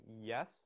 yes